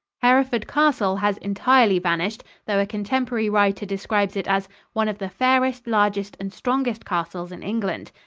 hereford castle has entirely vanished, though a contemporary writer describes it as one of the fairest, largest, and strongest castles in england.